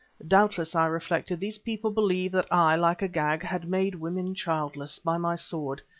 doubtless, i reflected, these people believe that i, like agag, had made women childless by my sword,